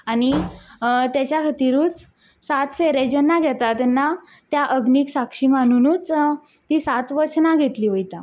आनी तेच्या खातीरूच सात फेरे जेन्ना घेतात तेन्ना त्या अग्नीक साक्षी मानूनच ती सात वचनां घेतली वयता